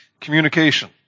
Communication